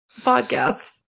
podcast